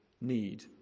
need